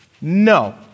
No